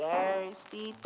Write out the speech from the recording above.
Thirsty